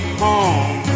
home